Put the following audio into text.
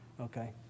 Okay